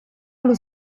allo